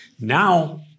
Now